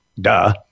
duh